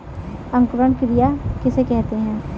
अंकुरण क्रिया किसे कहते हैं?